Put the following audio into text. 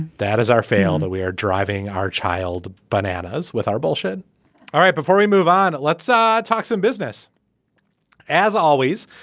that is our fail that we are driving our child bananas with our bullshit all right before we move on. let's ah talk some business as always.